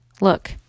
Look